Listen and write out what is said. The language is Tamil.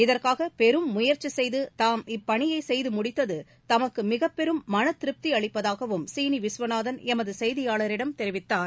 இதற்காக பெரும் முயற்சி செய்து தாம் இப்பணியை செய்து முடித்தது தமக்கு மிகப்பெரும் மன திருப்தி அளிப்பதாகவும் சீனி விஸ்வநாதன் எமது செய்தியாளரிடம் தெரிவித்தார்